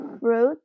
fruit